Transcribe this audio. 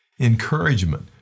encouragement